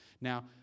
Now